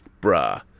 Bruh